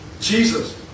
Jesus